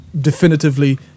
definitively